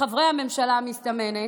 לחברי הממשלה המסתמנת,